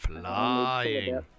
Flying